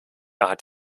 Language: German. hat